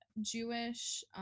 Jewish